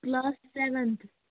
class seventh